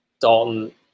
Dalton